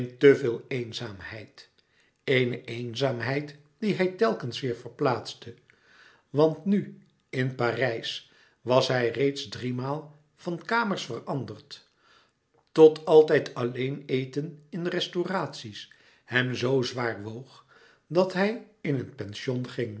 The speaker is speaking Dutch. veel eenzaamheid eene eenzaamheid die hij telkens weêr verplaatste want nu in parijs was hij reeds driemaal van kamers veranderd tot altijd alleen eten in restauraties hem z zwaar woog dat hij in een pension ging